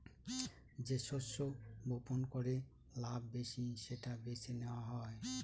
যে শস্য বপন করে লাভ বেশি সেটা বেছে নেওয়া হয়